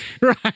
Right